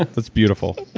that's beautiful